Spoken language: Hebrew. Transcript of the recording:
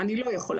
אני לא יכולה,